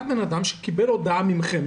רק בן אדם שקיבל הודעה מכם,